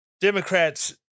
Democrats